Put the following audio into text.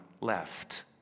left